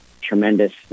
tremendous